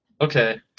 Okay